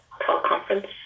teleconference